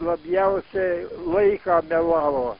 labiausiai laiką melavo